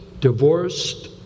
divorced